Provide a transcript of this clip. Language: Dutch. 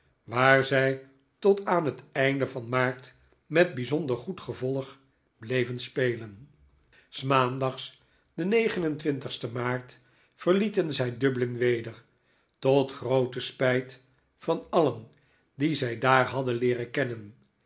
waar zij tot aan het einde van maart metbijzonder goed gevolg bleven spelen s maandags den sten maart verlieten zij dublin weder tot groote spijt van alien die zij daar hadden leeren kennen